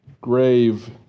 grave